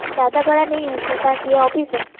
ज्यादा बड़ा नहीं है छोटा सा ऑफिस है